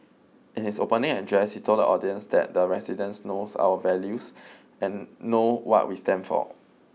in his opening address he told the audience that the residents knows our values and know what we stand for